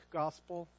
gospel